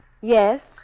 Yes